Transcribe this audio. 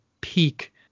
peak